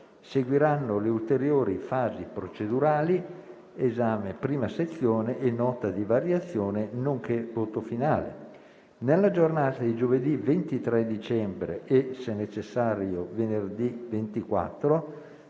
Seguiranno le ulteriori fasi procedurali (esame della prima sezione e Nota di variazioni, nonché voto finale). Nella giornata di giovedì 23 dicembre e, se necessario, venerdì 24